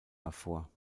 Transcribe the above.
hervor